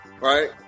right